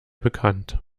bekannt